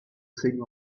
thing